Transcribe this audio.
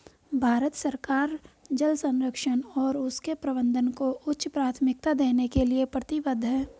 भारत सरकार जल संरक्षण और उसके प्रबंधन को उच्च प्राथमिकता देने के लिए प्रतिबद्ध है